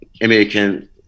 American